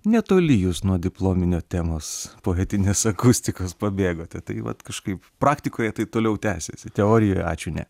netoli jūs nuo diplominio temos poetinės akustikos pabėgote tai vat kažkaip praktikoje tai toliau tęsiasi teorijoj ačiū ne